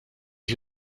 sie